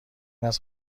است